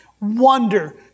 wonder